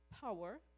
power